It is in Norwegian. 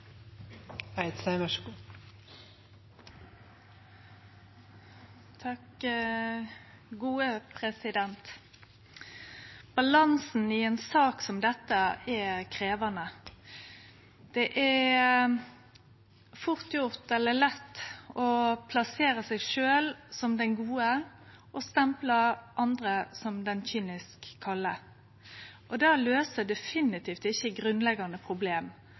krevjande. Det er fort gjort eller lett å plassere seg sjølv som den gode og stemple andre som dei kynisk kalde. Det løyser definitivt ikkje grunnleggjande problem,